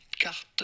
carte